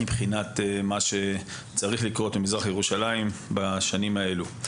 מבחינת מה שצריך לקרות במזרח ירושלים בשנים האלו.